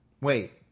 Wait